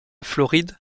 floride